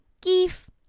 give